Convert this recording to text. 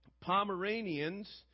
Pomeranians